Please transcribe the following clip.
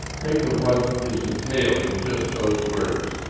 think of what is entailed in just those words,